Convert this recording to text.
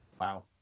Wow